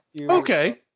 Okay